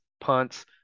punts